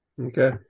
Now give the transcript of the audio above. Okay